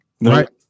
Right